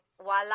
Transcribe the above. Voila